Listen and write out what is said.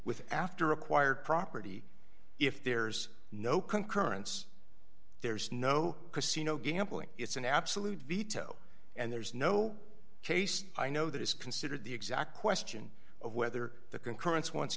with after acquired property if there's no concurrence there's no casino gambling it's an absolute veto and there's no case i know that is considered the exact question of whether the concurrence once